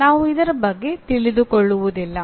ನಾವು ಇದರ ಬಗ್ಗೆ ತಿಳಿದುಕೊಳ್ಳುವುದಿಲ್ಲ